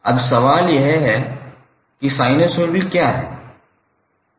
अब सवाल यह होगा कि साइनसॉइड क्या है